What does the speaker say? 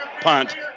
punt